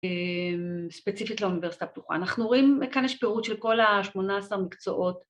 ‫ספציפית לאוניברסיטה הפתוחה. ‫אנחנו רואים, ‫כאן יש פירוט של כל ה-18 מקצועות.